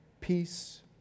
peace